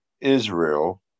Israel